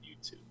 YouTube